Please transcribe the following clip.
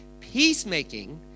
Peacemaking